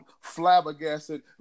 flabbergasted